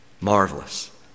Marvelous